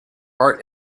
art